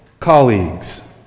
Colleagues